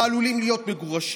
ועלולים להיות מגורשים,